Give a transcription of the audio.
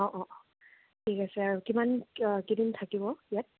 অ' অ' অ' ঠিক আছে আৰু কিমান কেইদিন থাকিব ইয়াত